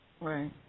Right